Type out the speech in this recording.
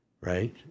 Right